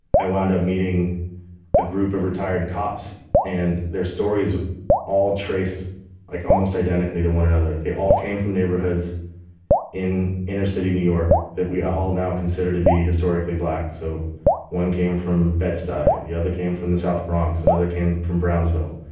i wound up meeting a group of retired cops and their stories all traced like almost identically to one another. they all came from neighborhoods in inner city new york that we all now considered to be historically black. so one came from bed-stuy, the other came from the south bronx, and another came from brownsville.